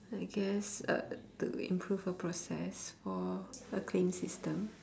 I guess uh doing proof of process for a clean system